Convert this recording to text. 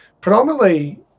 Predominantly